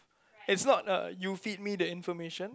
it's not a you feed me the information